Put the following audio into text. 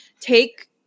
take